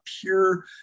pure